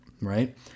right